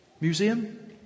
Museum